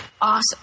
awesome